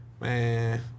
Man